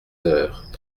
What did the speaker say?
heures